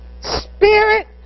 Spirit